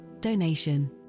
donation